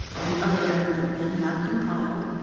and other eminent men have compiled,